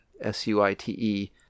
S-U-I-T-E